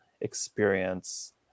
experience